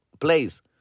place